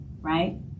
right